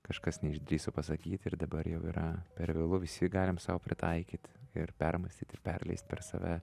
kažkas neišdrįso pasakyti ir dabar jau yra per vėlu visi galim sau pritaikyti ir permąstyti perleist per save